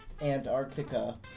Antarctica